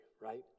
right